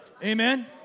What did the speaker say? Amen